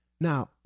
Now